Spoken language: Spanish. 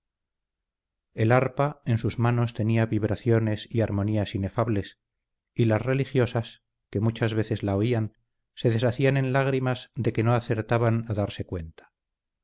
el arpa en sus manos tenía vibraciones y armonías inefables y las religiosas que muchas veces la oían se deshacían en lágrimas de que no acertaban a darse cuenta